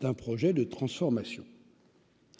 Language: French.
d'un projet de transformation.